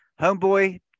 Homeboy